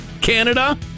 canada